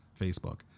Facebook